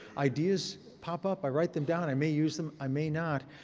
ideas pop up. i write them down. i may use them. i may not.